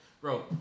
bro